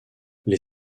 les